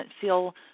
feel